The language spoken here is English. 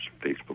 Facebook